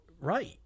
Right